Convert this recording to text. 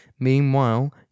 Meanwhile